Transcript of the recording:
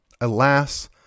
alas